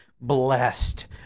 blessed